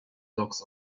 dogs